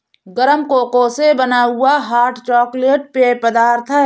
गरम कोको से बना हुआ हॉट चॉकलेट पेय पदार्थ है